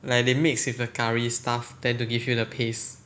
like they mix with the curry stuff then to give you the paste